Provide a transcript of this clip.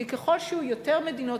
כי ככל שיהיו יותר מדינות,